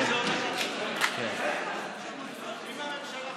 זה הולך על חשבון המעסיק,